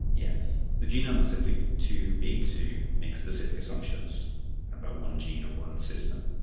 yes. the genome is simply too big to make specific assumptions about one gene or one system.